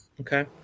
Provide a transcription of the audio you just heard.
Okay